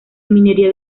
minería